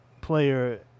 player